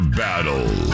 battle